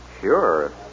Sure